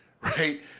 right